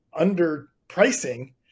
underpricing